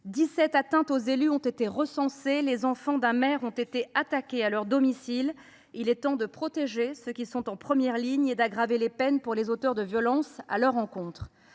atteintes aux élus ont été recensées. Les enfants d’un maire ont été attaqués à leur domicile. Il est temps de protéger ceux qui sont en première ligne et d’aggraver les peines pour les auteurs de violences à leur encontre.